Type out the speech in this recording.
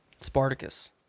Spartacus